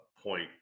point